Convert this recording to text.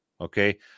Okay